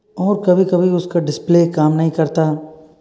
और कभी कभी उसका डिस्प्ले काम नहीं करता